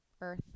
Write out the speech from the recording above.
earth